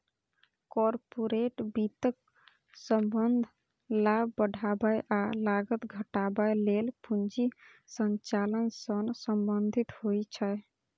corporate वित्तक संबंध लाभ बढ़ाबै आ लागत घटाबै लेल पूंजी संचालन सं संबंधित होइ छै